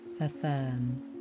Affirm